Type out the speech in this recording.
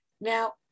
Now